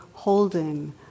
holding